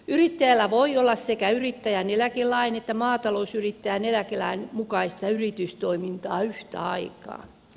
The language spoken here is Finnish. yrittäjällä voi olla sekä yrittäjän eläkelain että maatalousyrittäjän eläkelain mukaista yritystoimintaa yhtä aikaa